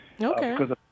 Okay